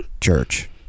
church